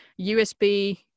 USB